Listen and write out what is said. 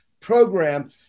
program